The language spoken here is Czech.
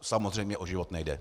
Samozřejmě o život nejde.